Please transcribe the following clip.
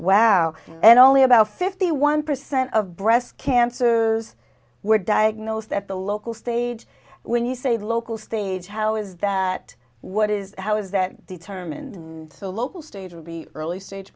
wow and only about fifty one percent of breast cancers were diagnosed at the local stage when you say local stage how is that what is how is that determined the local stage will be early stage